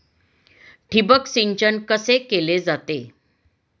ठिबक सिंचन कसे केले जाते?